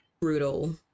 brutal